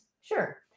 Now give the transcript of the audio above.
Sure